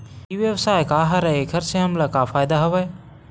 ई व्यवसाय का हरय एखर से हमला का फ़ायदा हवय?